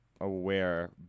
aware